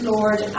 Lord